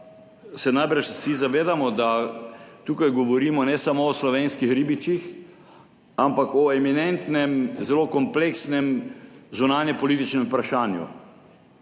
da se vsi zavedamo, da tukaj govorimo ne samo o slovenskih ribičih, ampak o eminentnem, zelo kompleksnem zunanjepolitičnem vprašanju.